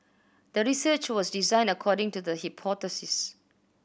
the research was designed according to the hypothesis